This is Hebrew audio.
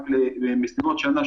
רק למשימות שנה,